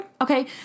Okay